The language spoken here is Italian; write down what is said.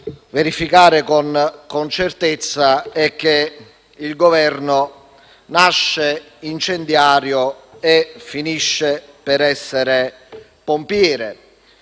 verificare con certezza è che il Governo nasce incendiario e finisce per essere pompiere.